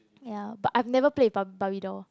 ya but I never play barbie doll